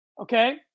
Okay